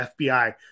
FBI